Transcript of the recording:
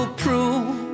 prove